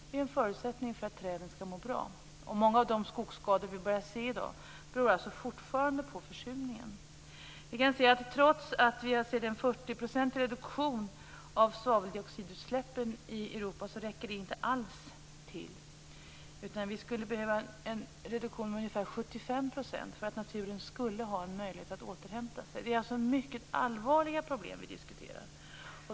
Det är en förutsättning för att träden skall må bra. Många av de skogsskador som vi i dag börjar se beror fortfarande på försurningen. Trots att det har skett en 40-procentig reduktion av svaveldioxidutsläppen i Europa räcker det inte alls. Det skulle behövas en reduktion med ungefär 75 % för att naturen skulle ha en möjlighet att återhämta sig. Det är alltså mycket allvarliga problem som vi diskuterar.